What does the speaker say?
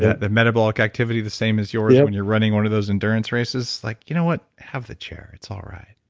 the the metabolic activity is the same as yours yeah when you're running one of those endurance races. like, you know what, have the chair. it's all right.